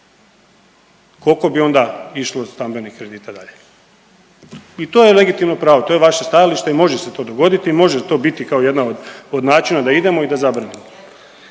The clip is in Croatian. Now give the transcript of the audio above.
Koliko bi onda išlo stambenih kredita dalje? I to je legitimno pravo, to je vaše stajalište i može se to goditi i može to biti kao jedna od načina da idemo i da zabranimo.